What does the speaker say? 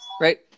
Right